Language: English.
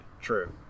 True